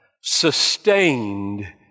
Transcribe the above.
sustained